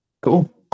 Cool